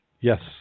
Yes